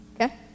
Okay